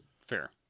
fair